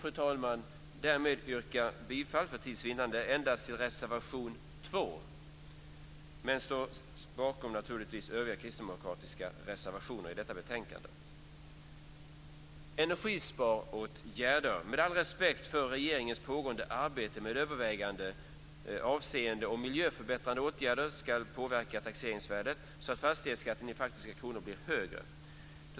För tids vinnande yrkar jag bifall endast till reservation nr 2, men jag står även bakom övriga kristdemokratiska reservationer i detta betänkande. När det gäller energisparåtgärder har jag all respekt för regeringens pågående arbete med övervägande om ifall miljöförbättrande åtgärder ska påverka taxeringsvärdet så att fastighetsskatten i faktiska kronor blir högre.